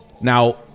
now